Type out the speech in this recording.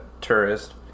tourist